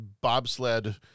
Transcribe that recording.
bobsled